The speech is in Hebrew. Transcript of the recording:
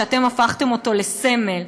שאתם הפכתם אותו לסמל,